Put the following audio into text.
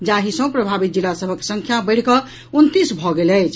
जाहि सॅ प्रभावित जिला सभक संख्या बढ़िकऽ उनतीस भऽ गेल अछि